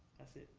that's it,